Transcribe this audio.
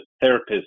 therapist